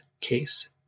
case